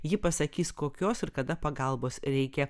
ji pasakys kokios ir kada pagalbos reikia